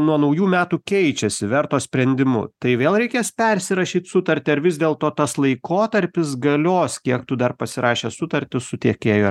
nuo naujų metų keičiasi verto sprendimu tai vėl reikės persirašyt sutartį ar vis dėlto tas laikotarpis galios kiek tu dar pasirašęs sutartį su tiekėju